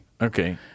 Okay